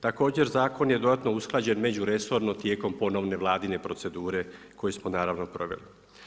Također, zakon je dodatno usklađen međuresorno tijekom ponovne Vladine procedure koju smo proveli.